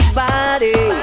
body